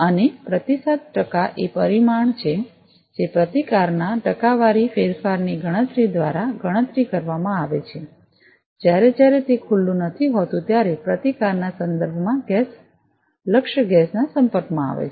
અને પ્રતિસાદ ટકા એ પરિમાણ છે જે પ્રતિકારના ટકાવારી ફેરફારની ગણતરી દ્વારા ગણતરી કરવામાં આવે છે જ્યારે જ્યારે તે ખુલ્લું નથી હોતું ત્યારે પ્રતિકારના સંદર્ભમાં લક્ષ્ય ગેસના સંપર્કમાં આવે છે